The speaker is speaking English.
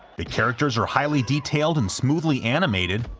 the characters are highly-detailed and smoothly-animated,